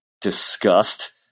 disgust